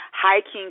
Hiking